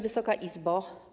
Wysoka Izbo!